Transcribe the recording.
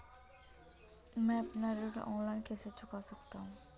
मैं अपना ऋण ऑनलाइन कैसे चुका सकता हूँ?